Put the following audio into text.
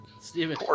Stephen